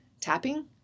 tapping